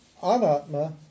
Anatma